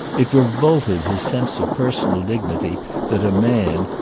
it revolted his sense of personal dignity that a man,